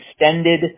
extended